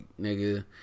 nigga